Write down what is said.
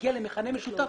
להגיע למכנה משותף,